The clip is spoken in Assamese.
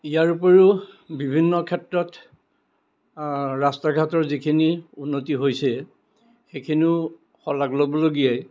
ইয়াৰ উপৰিও বিভিন্ন ক্ষেত্ৰত ৰাস্তা ঘাটৰ যিখিনি উন্নতি হৈছে সেইখিনিও শলাগ ল'বলগীয়াই